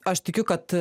aš tikiu kad